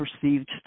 perceived